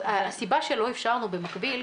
הסיבה שלא אפשרנו במקביל,